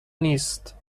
نیست